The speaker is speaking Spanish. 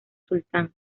sultán